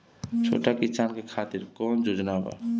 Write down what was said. छोटा किसान के खातिर कवन योजना बा?